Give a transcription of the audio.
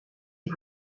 est